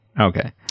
Okay